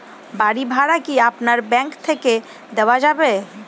বাড়ী ভাড়া কি আপনার ব্যাঙ্ক থেকে দেওয়া যাবে?